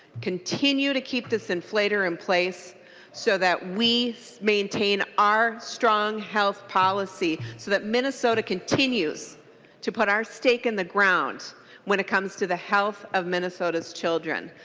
continue to keep this inflator in place so that we maintain our strong health policy so that minnesota continue s to put our stake in the ground when it comes to the health of minnesota's children.